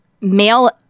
male